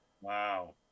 Wow